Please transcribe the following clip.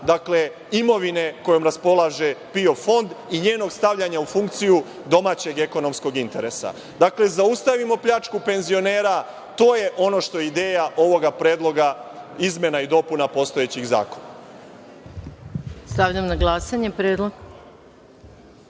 imovine kojom raspolaže PIO fond i njenog stavljanja u funkciju domaćeg ekonomskog interesa. Zaustavimo pljačku penzionera, to je ono što je ideja ovog Predloga izmena i dopuna postojećeg zakona. **Maja Gojković** Stavljam